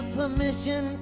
permission